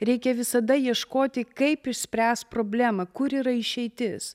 reikia visada ieškoti kaip išspręst problemą kur yra išeitis